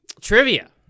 Trivia